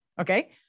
okay